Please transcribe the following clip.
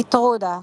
קיטרודה,